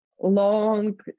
Long